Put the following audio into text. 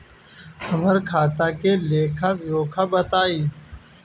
हमरा खाता के लेखा जोखा बताई?